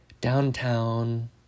downtown